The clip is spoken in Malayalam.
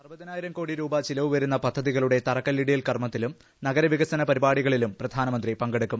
അറുപതിനായിരം കോടി രൂപയുടെ ചില്വ് വരുന്ന പദ്ധതികളുടെ തറകല്ലിടീൽ കർമ്മത്തിലും നഗരവികസന്പ്രിപാടികളിലും പ്രധാനമന്ത്രി പങ്കെടുക്കും